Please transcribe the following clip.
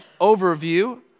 overview